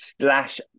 slash